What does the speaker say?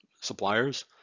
suppliers